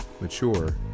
mature